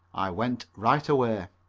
i went right away.